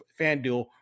fanduel